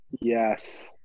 yes